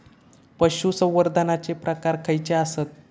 पशुसंवर्धनाचे प्रकार खयचे आसत?